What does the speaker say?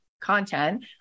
content